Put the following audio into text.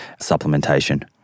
supplementation